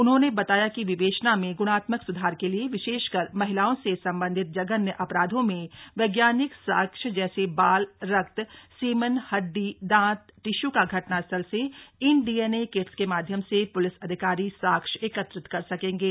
उन्होंने बताया की विवेचना में ग्णात्मक सुधार के लिए वि शेषकर महिलाओं से संबंधित जघन्य अपराधों में वज्ञानिक साक्ष्य जक्षे बाल रक्त सीमन हड्डी दांत टिशू का घटनास्थल से इन डीएनए किट्स के माध्यम से पुलिस अधिकारी साक्ष्य एकत्रित कर सकेंगे